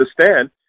understand